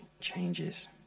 changes